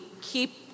keep